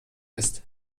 ist